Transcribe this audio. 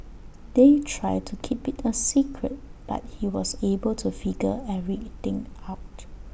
they tried to keep IT A secret but he was able to figure everything out